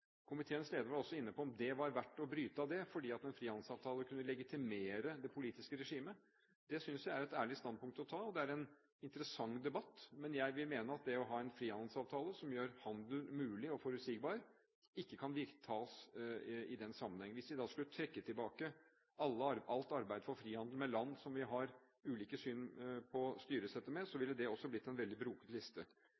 Komiteens leder var også inne på om det var verdt å bryte av det, fordi en frihandelsavtale kunne legitimere det politiske regimet. Det synes jeg er et ærlig standpunkt å ta, og det er en interessant debatt, men jeg vil mene at det å ha en frihandelsavtale som gjør handel mulig og forutsigbar, ikke kan tas i den sammenheng. Hvis vi skulle trekke tilbake alt arbeid for frihandel med land der vi har ulikt syn på styresettet, ville også det bli en veldig broket liste. Hviterussland er ikke et land vi